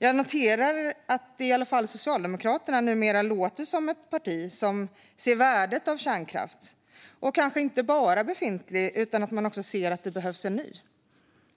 Jag noterar att i alla fall Socialdemokraterna numera låter som ett parti som ser värdet av kärnkraft, och då kanske inte bara befintlig. Man kanske också ser att det behövs ny.